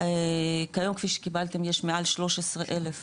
כיום כפי שקיבלתם, יש מעל 13 אלף